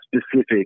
specific